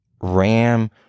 Ram